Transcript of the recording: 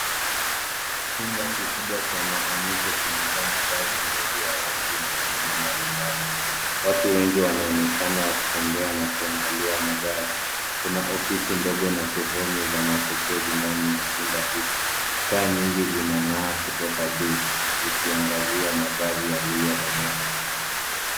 Chumba kikubwa cha maonyesho kimejaa magari mengi ya rangi na aina mbalimbali. Watu wengi wanaonekana wakitembea na kuangalia magari. Kuna ofisi ndogo na sehemu ya mapokezi ndani ya chumba hicho. Taa nyingi zinang'aa kutoka juu zikiangazia magari yaliyoonyeshwa.